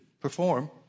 perform